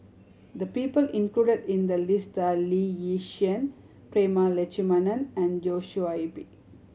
the people included in the list are Lee Yi Shyan Prema Letchumanan and Joshua Ip